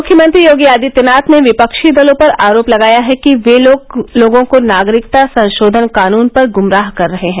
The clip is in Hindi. मुख्यमंत्री योगी आदित्यनाथ ने विपक्षी दलों पर आरोप लगाया है कि वे लोगों को नागरिकता संशोधन कानून पर गुमराह कर रहे हैं